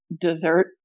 dessert